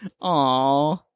Aw